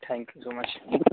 thank you so much